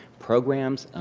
programs?